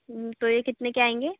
तो यह कितने के आएँगे